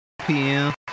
PM